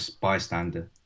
bystander